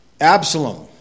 Absalom